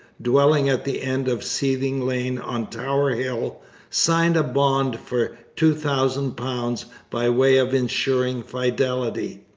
dwelling at the end of seething lane on tower hill sign a bond for two thousand pounds by way of ensuring fidelity.